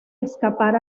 escapar